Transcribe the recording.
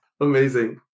Amazing